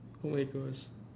oh my Gosh